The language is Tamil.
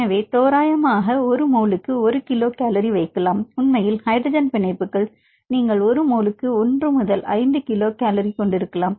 எனவே தோராயமாக ஒரு மோலுக்கு 1 கிலோ கலோரை1 Kcalmole வைக்கலாம் உண்மையில் ஹைட்ரஜன் பிணைப்புகள் நீங்கள் ஒரு மோலுக்கு 1 முதல் 5 கிலோ கலோரைக் கொண்டிருக்கலாம்